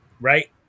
Right